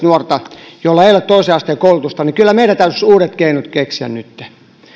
nuorta joilla ei ole toisen asteen koulutusta niin kyllä meidän täytyisi uudet keinot keksiä nytten